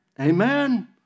Amen